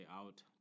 out